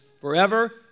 forever